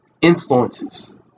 influences